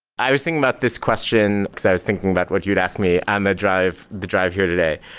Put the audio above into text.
i was thinking about this question, because i was thinking about what you'd ask me. i'm the drive the drive here today.